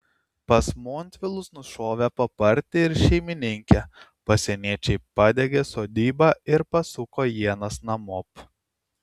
pas montvilus nušovę papartį ir šeimininkę pasieniečiai padegė sodybą ir pasuko ienas namop